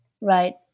Right